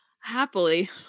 Happily